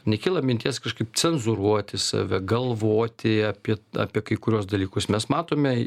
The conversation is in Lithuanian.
nekyla minties kažkaip cenzūruoti save galvoti apie apie kai kuriuos dalykus mes matome